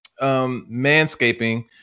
manscaping